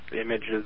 images